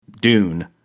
Dune